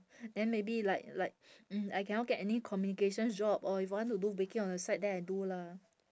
then maybe like like mm I cannot get any communications job or if I want to do baking on the side then I do lah